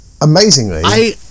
Amazingly